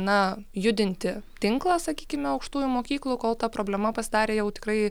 na judinti tinklą sakykime aukštųjų mokyklų kol ta problema pasidarė jau tikrai